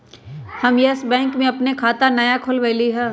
हम Yes Bank में अप्पन नया खाता खोलबईलि ह